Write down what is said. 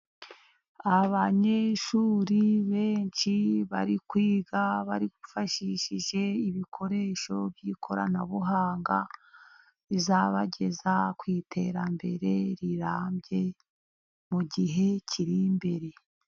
Abanyeshuri benshi bari kwiga, bari bifashishije ibikoresho by'ikoranabuhanga, bizabageza ku iterambere rirambye, mu gihe kiri imbere.